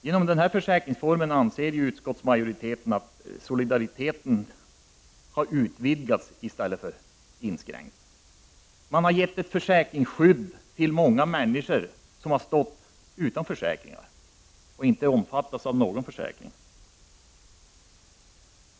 Genom denna försäkringsform anser utskottsmajoriteten att solidariteten har utvidgats i stället för att inskränkas. Man har gett ett försäkringsskydd till många människor som inte har omfattats av någon försäkring.